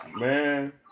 man